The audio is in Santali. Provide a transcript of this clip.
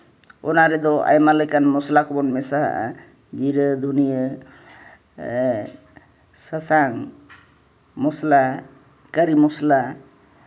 ᱚᱱᱟ ᱨᱮᱫᱚ ᱟᱭᱢᱟ ᱞᱮᱠᱟᱱ ᱢᱚᱥᱞᱟ ᱠᱚᱵᱚᱱ ᱢᱮᱥᱟᱣᱟᱜᱼᱟ ᱡᱤᱨᱟᱹ ᱫᱷᱩᱱᱤᱭᱟᱹ ᱥᱟᱥᱟᱝ ᱢᱚᱥᱞᱟ ᱠᱟᱹᱨᱤ ᱢᱚᱥᱞᱟ